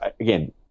Again